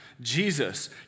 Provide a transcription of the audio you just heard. Jesus